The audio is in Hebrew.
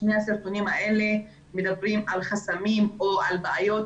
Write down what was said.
שני הסרטונים האלה מדברים על חסמים או על בעיות